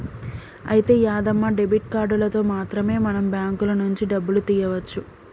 అయితే యాదమ్మ డెబిట్ కార్డులతో మాత్రమే మనం బ్యాంకుల నుంచి డబ్బులు తీయవచ్చు